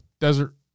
Desert